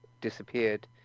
disappeared